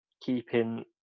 keeping